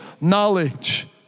knowledge